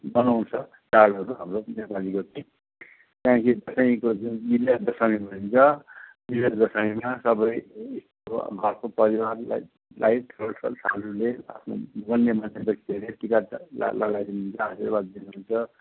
मनाउँछ चाडहरू हाम्रो नेपालीको चाहिँ त्यहाँदेखि तपाईँको जुन बिजय दशमी भनिन्छ बिजय दशमीमा सबैको घरको परिवारलाईलाई ठुल्ठुलाहरूले गन्यमान्य व्यक्तिहरूले टिका लगाइदिनुहुन्छ आशिर्वाद दिनुहुन्छ